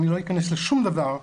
אני לא אכנס לשום דבר אחר.